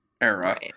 era